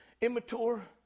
immature